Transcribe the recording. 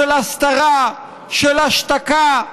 של הסתרה, של השתקה,